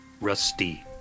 rusty